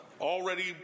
already